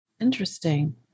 Interesting